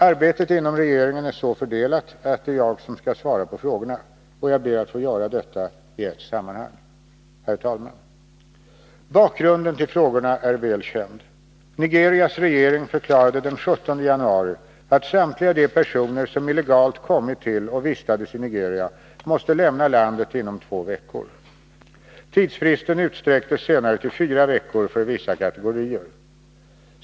Arbetet inom regeringen är så fördelat att det är jag som skall svara på frågorna, och jag ber att få göra detta i ett sammanhang. Herr talman! Bakgrunden till frågorna är väl känd. Nigerias regering förklarade den 17 januari att samtliga de personer som illegalt kommit till och vistades i Nigeria måste lämna landet inom två veckor. Tidsfristen utsträcktes senare till fyra veckor för vissa kategorier.